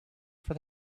for